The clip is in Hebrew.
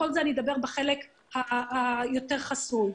על כל זה אני אדבר בחלק היותר חסוי.